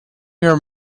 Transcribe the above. your